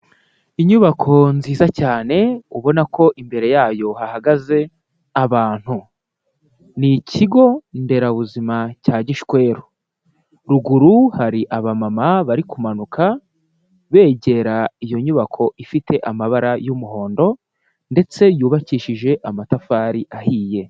Inyubako nziza cyane ubona ko imbere yayo hahagaze abantu. Ni ikigo nderabuzima cya Gishweru, ruguru hari abamama bari kumanuka begera iyo nyubako ifite amabara y'umuhondo ndetse yubakishije amatafari ahiye.